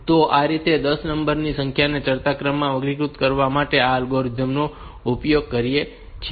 તો આ રીતે આપણે 10 સંખ્યાઓને ચડતા ક્રમમાં વર્ગીકૃત કરવા માટે આ અલ્ગોરિધમ નો ઉપયોગ કરીએ છીએ